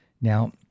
Now